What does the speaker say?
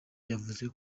yavuze